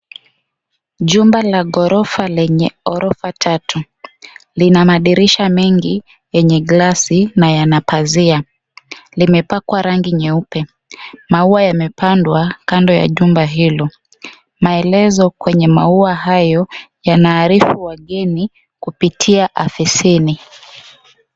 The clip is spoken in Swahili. Jumba la ghorofa lenye orofa tatu, lina madirisha mengi yenye gilasi na yana pazia. Limepakwa rangi nyeupe. Maua yamepandwa kando ya jumba hilo. Maelezo kwenye maua hayo, yanaarifu wageni kupita ofisini.